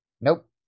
Nope